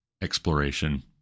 exploration